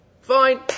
Fine